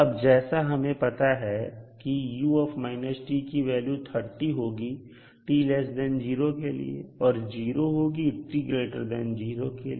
अब जैसा हमें पता है कि की वैल्यू 30 होगी t0 के लिए और 0 होगी t0 के लिए